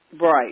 Right